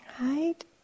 Right